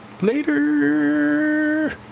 later